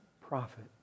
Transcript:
prophet